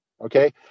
okay